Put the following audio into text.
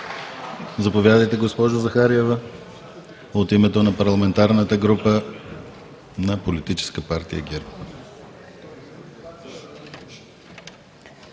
Заповядайте, госпожо Захариева, от името на парламентарната група на Политическа партия ГЕРБ.